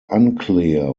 unclear